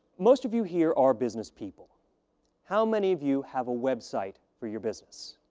most of you here are businesspeople. how many of you have a website for your business?